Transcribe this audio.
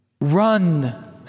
Run